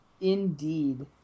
Indeed